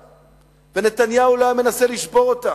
אותה ונתניהו לא היה מנסה לשבור אותה,